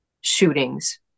shootings